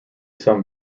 some